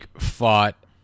fought